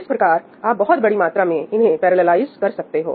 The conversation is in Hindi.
इस प्रकार आप बहुत बड़ी मात्रा में इन्हें पैरैललाइज कर सकते हो